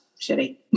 shitty